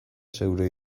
zeure